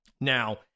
Now